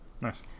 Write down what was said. nice